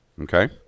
Okay